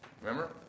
Remember